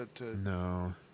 No